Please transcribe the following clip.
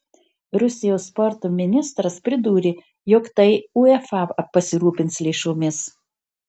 rusijos sporto ministras pridūrė jog tai uefa pasirūpins lėšomis